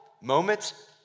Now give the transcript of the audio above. moments